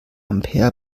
ampere